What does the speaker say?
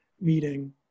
meeting